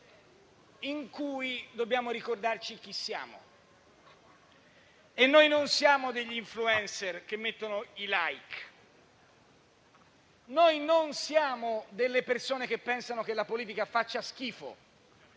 in cui dobbiamo ricordarci chi siamo. Noi non siamo degli *influencer* che mettono i *like*; non siamo delle persone che pensano che la politica faccia schifo